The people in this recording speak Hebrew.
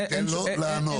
כי זה מביא אותנו גם להמשך,